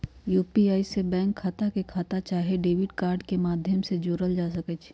UPI में bank खता के खता संख्या चाहे डेबिट कार्ड के माध्यम से जोड़ल जा सकइ छै